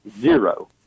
Zero